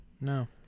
no